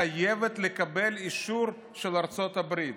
חייבת לקבל אישור של ארצות הברית.